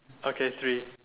okay three